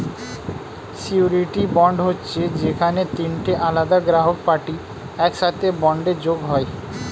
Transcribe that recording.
surety bond হচ্ছে যেখানে তিনটে আলাদা গ্রাহক পার্টি একসাথে বন্ডে যোগ হয়